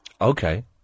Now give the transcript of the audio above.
Okay